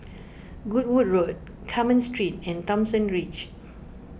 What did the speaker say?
Goodwood Road Carmen Street and Thomson Ridge